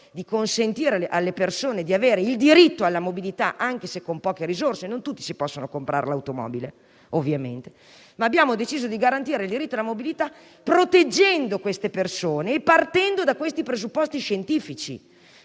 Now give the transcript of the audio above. di consentire alle persone di esercitare il diritto alla mobilità, anche se con poche risorse (non tutti si possono comprare l'automobile). Abbiamo deciso di garantire il diritto alla mobilità proteggendo queste persone e partendo dai presupposti scientifici